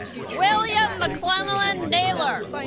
william maclennan naylor